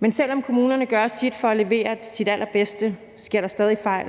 Men selv om kommunerne gør deres for at levere deres allerbedste, sker der stadig fejl,